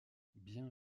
bien